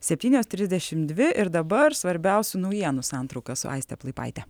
septynios trisdešim dvi ir dabar svarbiausių naujienų santrauka su aiste plaipaite